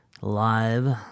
live